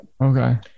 okay